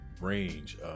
range